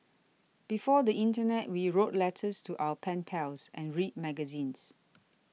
before the Internet we wrote letters to our pen pals and read magazines